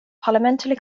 parliamentary